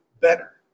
better